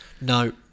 No